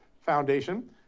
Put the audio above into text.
foundation